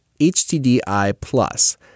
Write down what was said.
htdiplus